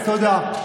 כן, תודה.